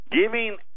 Giving